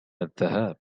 الذهاب